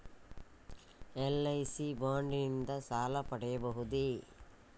LIC bond ನಿಂದ ಸಾಲ ಪಡೆಯಬಹುದೇ?